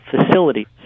facility